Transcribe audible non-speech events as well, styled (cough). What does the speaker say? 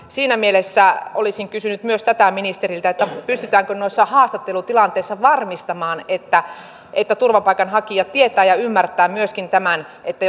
(unintelligible) siinä mielessä olisin kysynyt myös tätä ministeriltä pystytäänkö noissa haastattelutilanteissa varmistamaan että että turvapaikanhakija tietää ja ymmärtää myöskin tämän että (unintelligible)